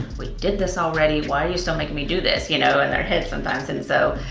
we did this already. why are you still making me do this? you know, in their heads sometimes and so,